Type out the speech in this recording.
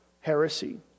heresy